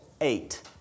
eight